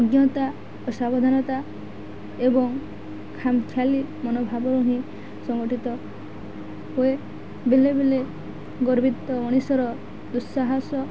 ଅଜ୍ଞତା ଅସାବଧାନତା ଏବଂ ଖାମଖିଆଲି ମନୋଭାବରୁ ହିଁ ସଂଗଠିତ ହୁଏ ବେଳେ ବେଳେ ଗର୍ବିତ ମଣିଷର ଦୁଃସାହସ